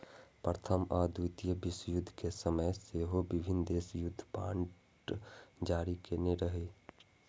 प्रथम आ द्वितीय विश्वयुद्ध के समय सेहो विभिन्न देश युद्ध बांड जारी केने रहै